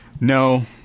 No